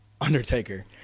Undertaker